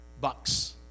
bucks